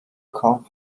come